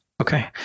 okay